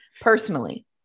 personally